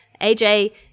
AJ